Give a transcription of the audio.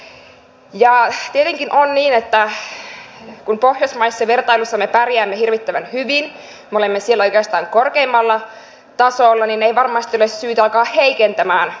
ja tietenkin on niin että kun pohjoismaisessa vertailussa me pärjäämme hirvittävän hyvin me olemme siellä oikeastaan korkeimmalla tasolla niin ei varmasti ole syytä alkaa heikentämään synnytysten mahdollisuutta